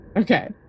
Okay